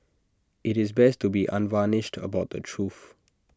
IT is best to be unvarnished about the truth